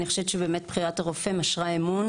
אני חושבת שבחירת הרופא משרה אמון,